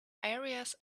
areas